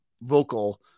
vocal